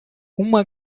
uma